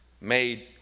made